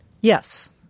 Yes